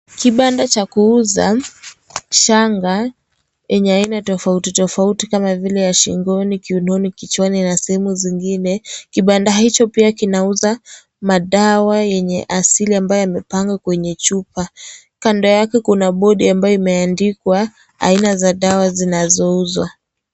Kibanda cha kuuza shanga yenye aina tofautitofauti kama vile ya shingoni, kiononi, kichwani na sehemu nyingine. Kibanda hicho pia kinauza madawa yenye asili ambayo yamepangwa kwenye chupa. Kando yake kuna bodi ambayo imeandikwa aina za dawa zinazouzwa.